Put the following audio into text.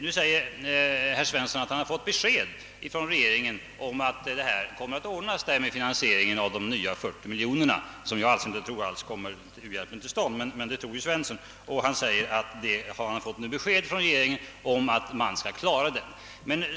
Nu säger herr Svensson att han fått besked från regeringen om att finansieringen av dessa 40 miljoner kronor, som jag i motsats till herr Svensson inte alls tror kommer u-hjälpen till del, skall ordnas.